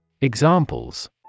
Examples